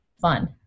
fun